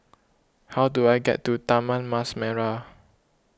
how do I get to Taman Mas Merah